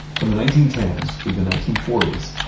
from the nineteen ten s through the nineteen forty s,